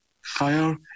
Fire